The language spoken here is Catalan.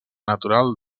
natural